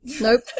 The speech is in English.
Nope